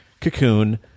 Cocoon